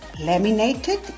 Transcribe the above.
laminated